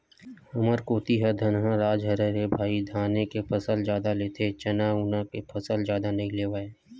हमर कोती ह धनहा राज हरय रे भई धाने के फसल जादा लेथे चना उना के फसल जादा नइ लेवय